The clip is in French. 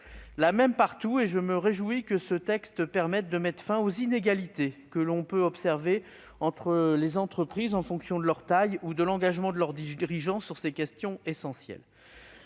la même partout, et je me réjouis que ce texte mette fin aux inégalités que l'on peut observer entre les entreprises en fonction de leur taille ou de l'engagement de leurs dirigeants sur ces questions essentielles.